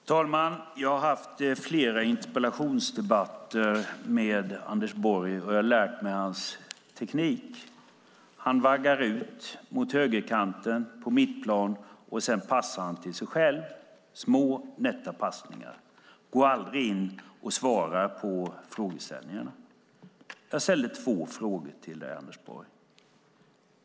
Herr talman! Jag har haft flera interpellationsdebatter med Anders Borg, och jag har lärt mig hans teknik. Han vaggar ut mot högerkanten, på mittplan. Sedan passar han till sig själv, små nätta passningar, och han går aldrig in och svarar på frågeställningarna. Jag ställde två frågor till dig, Anders Borg.